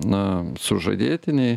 na sužadėtinei